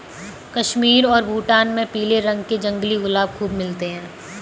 कश्मीर और भूटान में पीले रंग के जंगली गुलाब खूब मिलते हैं